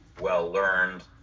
well-learned